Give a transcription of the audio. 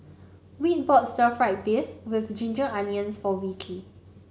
Whit bought Stir Fried Beef with Ginger Onions for Wilkie